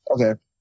Okay